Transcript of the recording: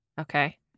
Okay